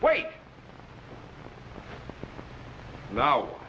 wait no